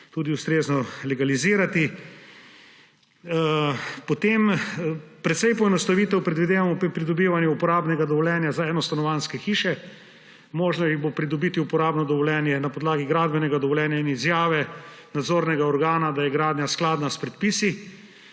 tudi ustrezno legalizirati. Precej poenostavitev predvidevamo pri pridobivanju uporabnega dovoljenja za enostanovanjske hiše. Možno bo pridobiti uporabno dovoljenje na podlagi gradbenega dovoljenja in izjave nadzornega organa, da je gradnja skladna s predpisi